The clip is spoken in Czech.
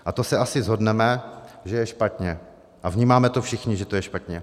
A to se asi shodneme, že je špatně, a vnímáme to všichni, že to je špatně.